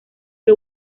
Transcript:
que